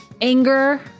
anger